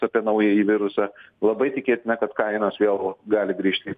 apie naująjį virusą labai tikėtina kad kainos vėl gali grįžti